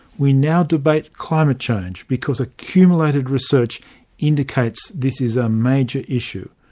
we now debate climate change because accumulated research indicates this is a major issue.